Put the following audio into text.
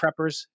preppers